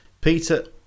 Peter